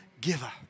giver